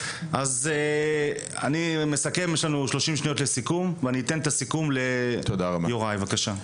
אני אתן את הסיכום ליוראי, בבקשה.